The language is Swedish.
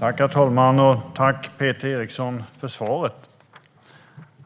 Herr talman! Tack, Peter Eriksson, för svaret!